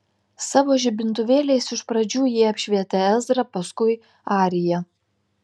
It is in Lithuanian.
savo žibintuvėliais iš pradžių jie apšvietė ezrą paskui ariją